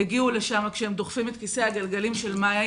הגיעו לשם כשהם דוחפים את כיסא הגלגלים של מאיה,